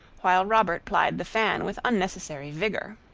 while robert plied the fan with unnecessary vigor.